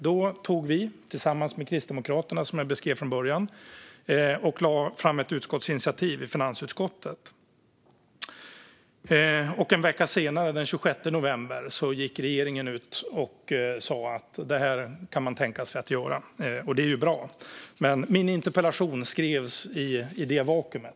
Då lade vi tillsammans med Kristdemokraterna, som jag beskrev från början, fram ett utskottsinitiativ i finansutskottet. En vecka senare, den 26 november, gick regeringen ut och sa att man kunde tänka sig att göra detta. Det var ju bra. Men min interpellation skrevs i detta vakuum.